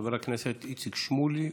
חבר הכנסת איציק שמולי.